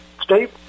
Steve